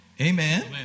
amen